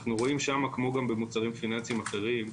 אנחנו רואים שם כמו במוצרים פיננסיים אחרים,